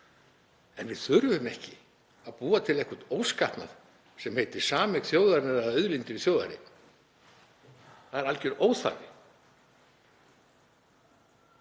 En við þurfum ekki að búa til einhvern óskapnað sem heitir sameign þjóðarinnar eða auðlindir í þjóðareign. Það er alger óþarfi.